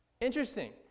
Interesting